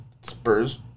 Spurs